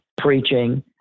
preaching